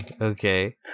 okay